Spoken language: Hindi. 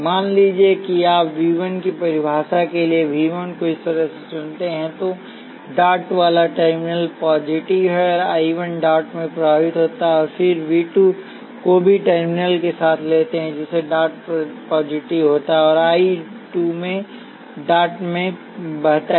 मान लीजिए कि आप V 1 की परिभाषा के लिए V 1 को इस तरह से चुनते हैं तो डॉट वाला टर्मिनल पॉजिटिव है और I 1 डॉट में प्रवाहित होता है फिर आप V 2 को भी टर्मिनल के साथ लेते हैं जिसमें डॉट पॉजिटिव होता है और I 2 डॉट में बहता है